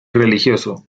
religioso